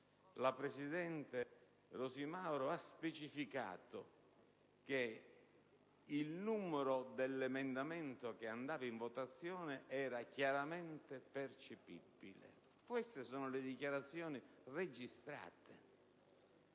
la Presidente Mauro ha specificato che il numero dell'emendamento che andava in votazione era chiaramente percepibile. Queste sono le dichiarazioni registrate.